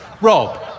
Rob